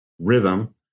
Rhythm